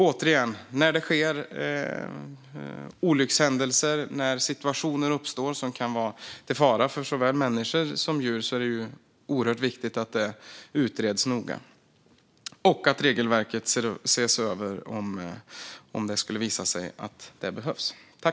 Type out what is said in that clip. Återigen: När olyckshändelser sker och situationer uppstår som kan vara till fara för såväl människor som djur är det oerhört viktigt att det utreds noga och att regelverket ses över om det skulle visa sig behövas.